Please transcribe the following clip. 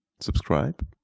subscribe